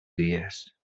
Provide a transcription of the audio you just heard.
dies